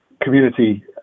community